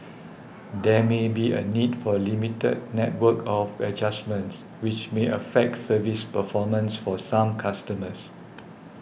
there may be a need for limited network of adjustments which may affects service performance for some customers